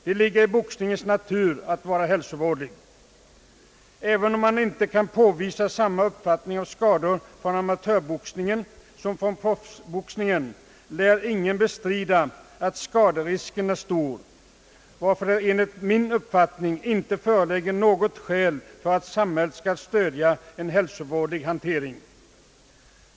Det ligger i boxningens natur att vara hälsovådlig. Även om man inte kan påvisa en lika stor skadefrekvens inom amatörboxningen som inom proffsboxningen, lär ingen bestrida att skaderisken är stor, varför det enligt min mening inte föreligger något skäl för att samhället skall stödja en sådan hälsovådlig hantering.